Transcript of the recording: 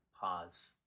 pause